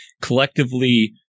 collectively